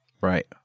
Right